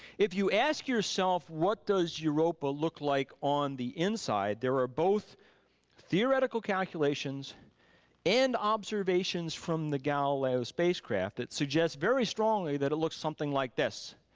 if you ask yourself what does europa look like on the inside there are both theoretical calculations and observations from the galileo spacecraft that suggest very strongly that it looks something like this.